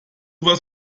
was